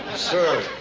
sir,